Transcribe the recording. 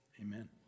Amen